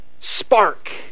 spark